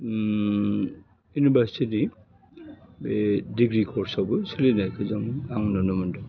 उम इउनिभारसिटि बे degree course आवबो सोलिनायखौ जों आं नुनो मोन्दों